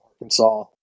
Arkansas